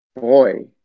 boy